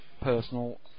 personal